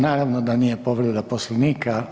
Naravno da nije povreda Poslovnika.